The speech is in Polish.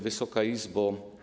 Wysoka Izbo!